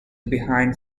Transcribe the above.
behind